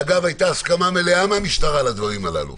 ואגב, הייתה הסכמה מלאה מהמשטרה לדברים הללו.